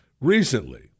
recently